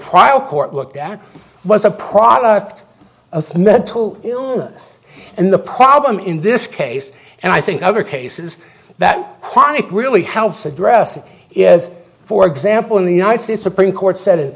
trial court looked at was a product of mental illness and the problem in this case and i think other cases that kwame really helps address is for example in the united states supreme court said